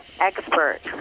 expert